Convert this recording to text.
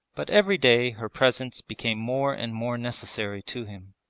but every day her presence became more and more necessary to him.